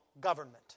government